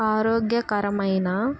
ఆరోగ్యకరమైన